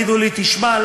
ויבואו ויגידו לי: תשמע,